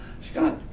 Scott